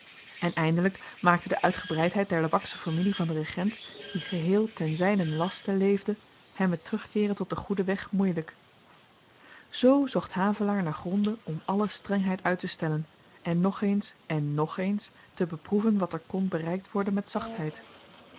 en eindelyk maakte de uitgebreidheid der lebaksche familie van den regent die geheel ten zynen laste leefde hem het terugkeeren tot den goeden weg moeielyk z zocht havelaar naar gronden om alle strengheid uittestellen en nog eens en ng eens te beproeven wat er kon bereikt worden met zachtheid